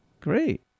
Great